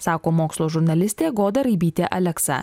sako mokslo žurnalistė goda raibytė aleksa